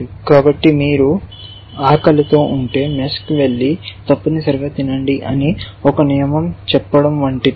కాబట్టి మీరు ఆకలితో ఉంటే గజిబిజికి వెళ్లి తప్పనిసరిగా తినండి అని ఒక నియమం చెప్పడం వంటిది